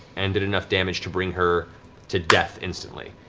and did enough damage to bring her to death instantly.